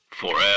Forever